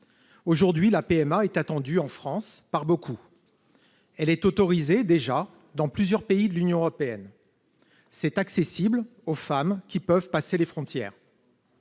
Aujourd'hui, la PMA est attendue en France par beaucoup. Elle est déjà autorisée dans plusieurs pays de l'Union européenne et accessible aux femmes qui peuvent passer les frontières.